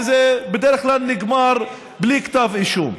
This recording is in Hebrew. וזה בדרך כלל נגמר בלי כתב אישום?